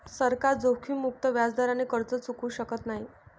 सरकार जोखीममुक्त व्याजदराने कर्ज चुकवू शकत नाही